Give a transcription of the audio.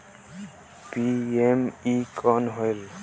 PME कौन होयल?